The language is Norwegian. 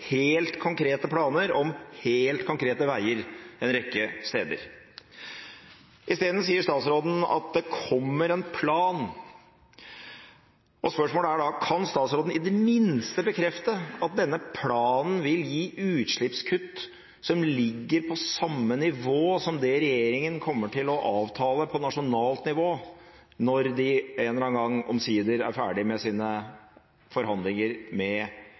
helt konkrete planer om helt konkrete veier en rekke steder. I stedet sier statsråden at det kommer en plan. Spørsmålet er da: Kan statsråden i det minste bekrefte at denne planen vil gi utslippskutt som ligger på samme nivå som det regjeringen kommer til å avtale på nasjonalt nivå når de en eller annen gang omsider er ferdig med sine forhandlinger med